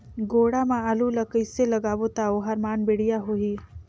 गोडा मा आलू ला कइसे लगाबो ता ओहार मान बेडिया होही?